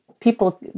people